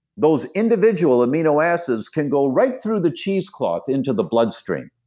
those individual amino acids can go right through the cheese cloth into the bloodstream.